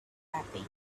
happy